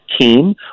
team